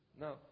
Now